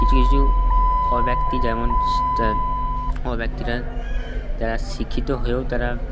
কিছু কিছু ব্যক্তি যেমন ব্যক্তিরা যারা শিক্ষিত হয়েও তারা